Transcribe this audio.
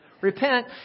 Repent